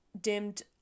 dimmed